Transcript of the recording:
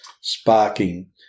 sparking